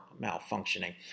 malfunctioning